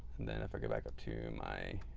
and then if i go back up to my